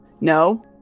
No